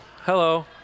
hello